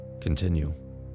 Continue